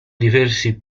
diversi